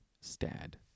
Stad